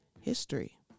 history